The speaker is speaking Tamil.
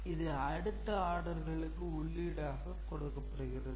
இது அடுத்த ஆடர்களுக்கு உள்ளீடாக கொடுக்கப்படுகிறது